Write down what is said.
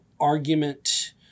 argument